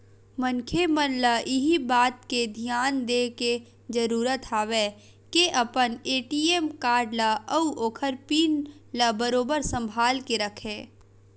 मनखे मन ल इही बात के धियान देय के जरुरत हवय के अपन ए.टी.एम कारड ल अउ ओखर पिन ल बरोबर संभाल के रखय